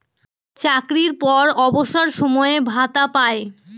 চাকরির পর অবসর সময়ে ভাতা পায়